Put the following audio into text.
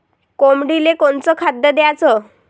कोंबडीले कोनच खाद्य द्याच?